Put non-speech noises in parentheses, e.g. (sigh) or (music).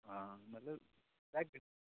हां मतलव (unintelligible)